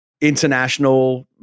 international